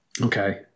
okay